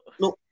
No